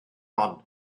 hon